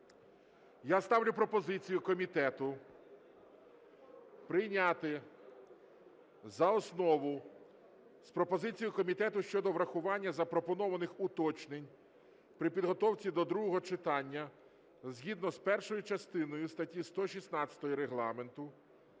Я ставлю пропозицію комітету прийняти за основу з пропозицією комітету щодо врахування запропонованих уточнень при підготовці до другого читання згідно з першою частиною статті 116 Регламенту